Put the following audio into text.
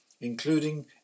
including